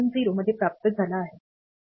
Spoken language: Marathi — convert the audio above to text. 0 मध्ये प्राप्त झाला आहे 3